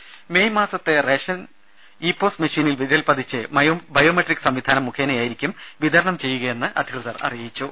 രുമ മേയ് മാസത്തെ ration ePOS മെഷീനിൽ വിരൽ പതിച്ച് ബയോമെട്രിക് സംവിധാനം മുഖേനയായിരിക്കും വിതരണം ചെയ്യുകയെന്ന് അധികൃതർ അറിയിച്ചു